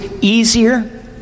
easier